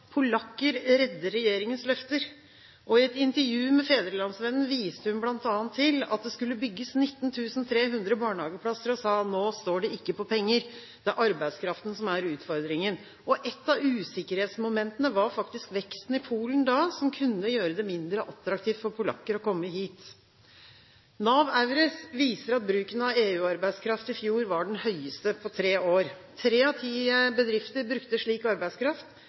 polakker redder regjeringens løfter. I et intervju med Fædrelandsvennen viste hun bl.a. til at det skulle bygges 19 300 barnehageplasser, og sa: «Nå står det ikke på penger. Det er arbeidskraften som er utfordringen.» Et av usikkerhetsmomentene var faktisk veksten i Polen da, som kunne gjøre det mindre attraktivt for polakker å komme hit. NAV EURES viser at bruken av EU-arbeidskraft i fjor var den høyeste på tre år. Tre av ti bedrifter brukte slik arbeidskraft.